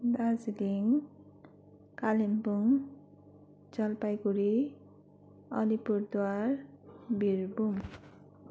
Darjeeling Kalimpong Jalpaiguri Alipurduar Birbhum